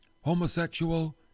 homosexual